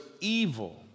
evil